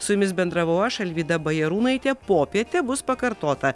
su jumis bendravau aš alvyda bajarūnaitė popietė bus pakartota